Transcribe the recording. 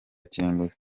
kirimbuzi